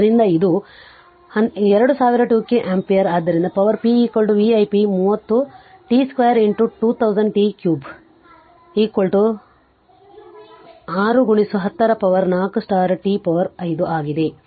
ಆದ್ದರಿಂದ ಇದು 2000 t q ampere ಆದ್ದರಿಂದ power p v i p ಮೂವತ್ತು t 2 2000 t ಕ್ಯೂಬ್ 6 10ರ ಪವರ್ 4 t ಪವರ್ 5 ಆಗಿದೆ